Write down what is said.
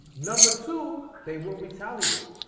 number two, they will retaliate.